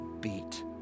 beat